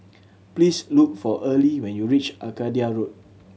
please look for Earlie when you reach Arcadia Road